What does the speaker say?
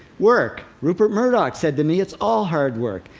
work! rupert murdoch said to me, it's all hard work.